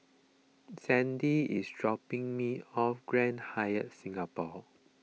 Sandie is dropping me off Grand Hyatt Singapore